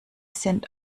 sind